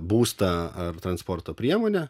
būstą ar transporto priemonę